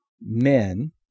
men